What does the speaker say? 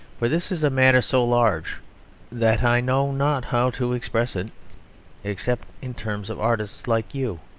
for this is a matter so large that i know not how to express it except in terms of artists like you,